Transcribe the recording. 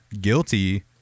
Guilty